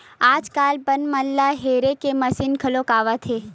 आजकाल बन ल हेरे के मसीन घलो आवत हे